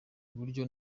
buryo